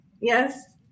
Yes